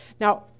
Now